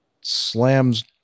slams